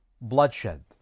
bloodshed